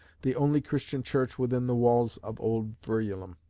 the only christian church within the walls of old verulam.